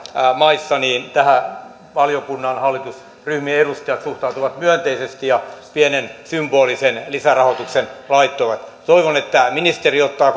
maissa niin tähän valiokunnan hallitusryhmien edustajat suhtautuivat myönteisesti ja pienen symbolisen lisärahoituksen laittoivat toivon että ministeri ottaa